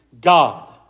God